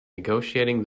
negotiating